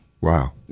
Wow